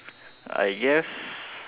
I guess